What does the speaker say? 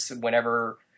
whenever –